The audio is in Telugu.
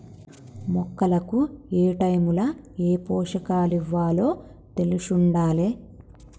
మొక్కలకు ఏటైముల ఏ పోషకాలివ్వాలో తెలిశుండాలే